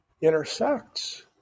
intersects